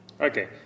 Okay